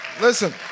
listen